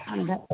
अन्त